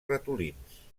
ratolins